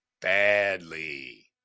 badly